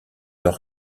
leur